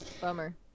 bummer